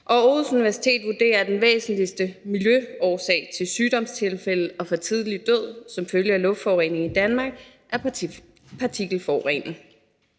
og Aarhus Universitet vurderer, at den væsentligste miljøårsag til sygdomstilfælde og for tidlig død som følge af luftforureningen i Danmark er partikelforurening.